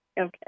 Okay